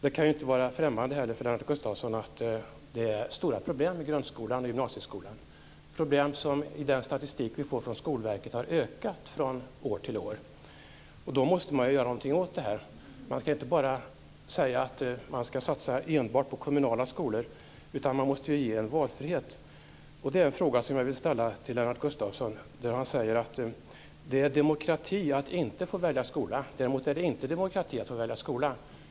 Det kan inte heller vara främmande för Lennart Gustavsson att det är stora problem i grundskolan och i gymnasieskolan, problem som - enligt den statistik som vi har fått från Skolverket - har ökat från år till år. Då måste man göra någonting åt det. Man kan inte säga att man ska satsa enbart på kommunala skolor, utan man måste ju ge valfrihet. Han säger att det är demokrati att inte få välja skola, däremot är det inte demokrati att få välja skola.